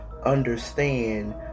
understand